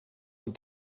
een